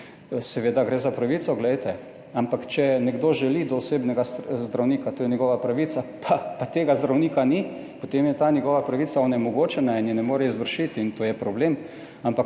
Seveda gre za pravico. Glejte, ampak, če nekdo želi do osebnega zdravnika, to je njegova pravica, pa tega zdravnika ni, potem je ta njegova pravica onemogočena in je ne more izvršiti. In to je problem. Ampak